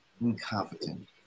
incompetent